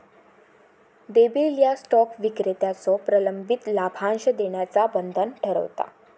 देय बिल ह्या स्टॉक विक्रेत्याचो प्रलंबित लाभांश देण्याचा बंधन ठरवता